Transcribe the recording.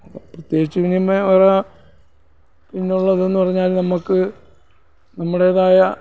അപ്പോൾ പ്രത്യേകിച്ച് ഇനിമേ പറയാൻ പിന്നെയുള്ളതെന്ന് പറഞ്ഞാൽ നമുക്ക് നമ്മുടേതായ